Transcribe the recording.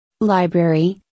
Library